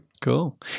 Cool